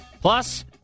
Plus